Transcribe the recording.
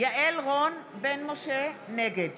יעל רון בן משה, נגד